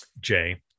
Jay